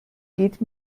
geht